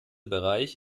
bereich